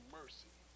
mercy